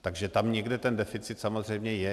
Takže tam někde ten deficit samozřejmě je.